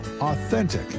authentic